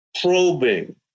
probing